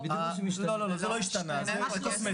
לא, לא, לא, זה לא השתנה, זאת קוסמטיקה.